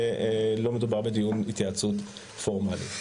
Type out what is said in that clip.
לא מדובר בדיון התייעצות פורמלי.